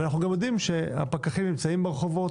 אנו גם יודעים שהפקחים נמצאים ברחובות,